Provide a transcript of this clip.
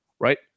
Right